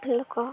ଲୋକ